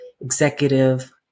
executive